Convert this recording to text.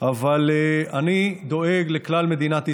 אז לי זה לא משנה, אבל אני דואג לכלל מדינת ישראל.